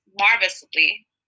marvelously